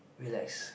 relax